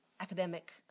academic